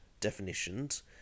definitions